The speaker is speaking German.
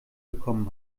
bekommen